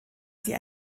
sie